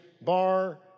Bar